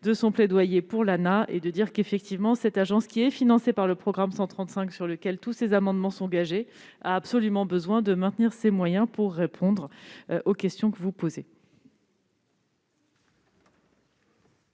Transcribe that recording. de son plaidoyer en faveur de l'ANAH : effectivement, cette agence, qui est financée par le programme 135, sur lequel tous ces amendements sont gagés, a absolument besoin de maintenir ses moyens pour répondre aux questions que vous posez.